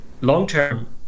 long-term